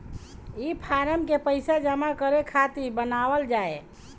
ई फारम के पइसा जमा करे खातिरो बनावल जाए